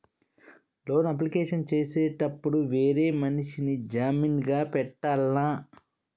Loan application చేసేటప్పుడు వేరే మనిషిని జామీన్ గా పెట్టాల్నా?